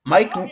Mike